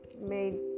made